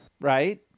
Right